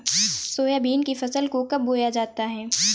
Soybean की फसल को कब बोया जाता है?